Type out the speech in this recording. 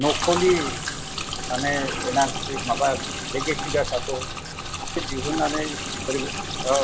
नख'लि माने एनआरसि माबा लेगेसि डाटाखौ एसे दिहुननानै ओरै औ